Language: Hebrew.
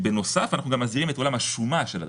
בנוסף אנחנו גם מסדירים את עולם השומה של זה,